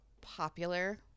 popular